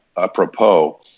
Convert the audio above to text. apropos